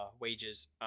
wages